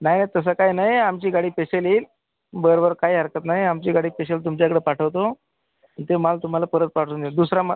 नाही तसं काही नाही आमची गाडी स्पेशल येईल बरं बरं काही हरकत नाही आमची गाडी स्पेशल तुमच्याकडे पाठवतो ते माल तुम्हाला परत पाठवून देऊ दुसरा माल